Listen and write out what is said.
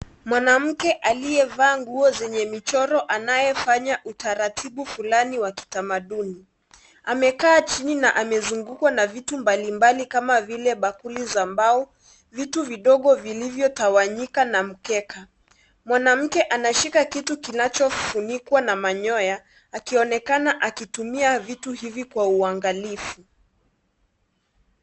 Mwanamke aliyevaa nguo zenye michoro anayefanya utaratibu fulani wa kitamaduni amekaa chini na amezungukwa na vitu mbalimbali kama vile bakuli za mbao, vitu vidogo vilivyotawanyika na mkeka. Mwanamke anashika kitu kinachofunikwa na manyoya akionekana akitumia vitu hivi kwa uangalifu.